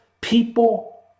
people